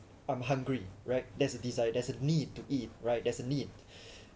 I'm hungry right there's a desire there's a need to eat right there is a need